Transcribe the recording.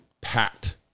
packed